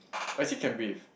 actually can breathe